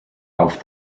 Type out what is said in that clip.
auf